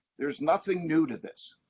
there's nothing new to this.